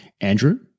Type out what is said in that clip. Andrew